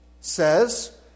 says